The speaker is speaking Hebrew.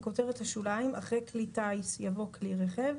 בכותרת השוליים אחרי "כלי טיס, יבוא "כלי רכב".